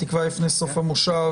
בתקווה לפני סוף המושב,